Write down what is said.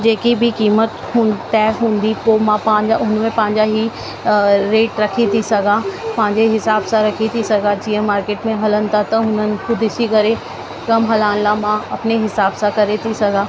जेकी बि क़ीमत हू तय हूंदी पोइ मां पंहिंजा हुन में पंहिंजा ई रेट रखी थी सघां पंहिंजे हिसाब सां रखी थी सघां जीअं मार्केट मूं हलनि था त उन्हनि खां ॾिसी करे कमु हलाइण लाइ मां अपने हिसाब सां करे थी सघां